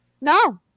No